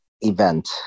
event